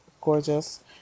gorgeous